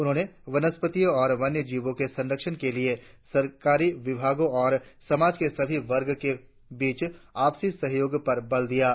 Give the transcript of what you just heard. उन्होंने वनस्पतियों और वन्य जीवों के संरक्षण के लिए सरकारी विभागों और समाज के सभी वर्गों के बीच आपसी सहयोग पर बल दिया है